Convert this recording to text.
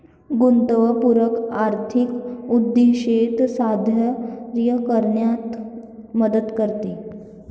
गुंतवणूक आर्थिक उद्दिष्टे साध्य करण्यात मदत करते